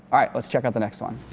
alright, let's check out the next one